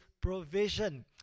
provision